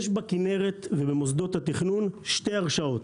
יש בכנרת ובמוסדות התכנון שתי הרשאות: